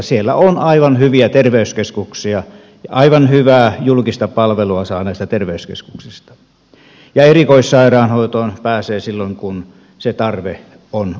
siellä on aivan hyviä terveyskeskuksia aivan hyvää julkista palvelua antaneita terveyskeskuksia ja erikoissairaanhoitoon pääsee silloin kun se tarve on olemassa